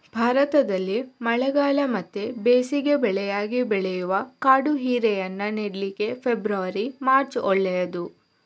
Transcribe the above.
ಭಾರತದಲ್ಲಿ ಮಳೆಗಾಲ ಮತ್ತೆ ಬೇಸಿಗೆ ಬೆಳೆಯಾಗಿ ಬೆಳೆಯುವ ಕಾಡು ಹೀರೆಯನ್ನ ನೆಡ್ಲಿಕ್ಕೆ ಫೆಬ್ರವರಿ, ಮಾರ್ಚ್ ಒಳ್ಳೇದು